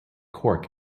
cork